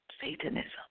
Satanism